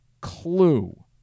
clue